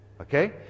Okay